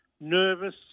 nervous